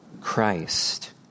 Christ